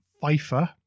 Pfeiffer